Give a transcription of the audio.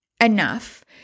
enough